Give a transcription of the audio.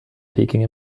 peking